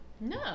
No